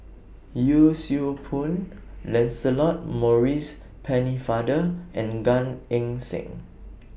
Yee Siew Pun Lancelot Maurice Pennefather and Gan Eng Seng